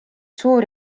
suur